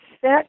set